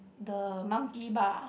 the monkey bar